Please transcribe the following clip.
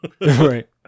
Right